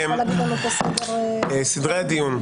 ברשותכם, סדרי הדיון.